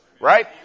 right